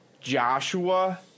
Joshua